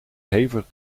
hevig